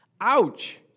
Ouch